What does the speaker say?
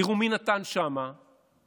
תראו מי נתן שם פתרונות